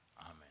amen